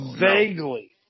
Vaguely